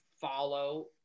follow